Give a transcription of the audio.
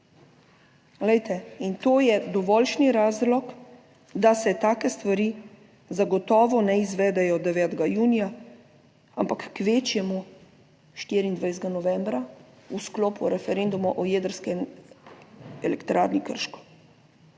to je dovoljšnji razlog, da se take stvari zagotovo ne izvedejo 9. junija ampak kvečjemu 24. novembra, v sklopu referenduma o Jedrski elektrarni Krško.